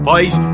Boys